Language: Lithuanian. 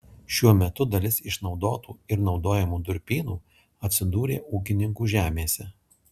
šiuo metu dalis išnaudotų ir naudojamų durpynų atsidūrė ūkininkų žemėse